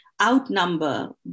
outnumber